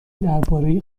درباره